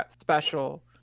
special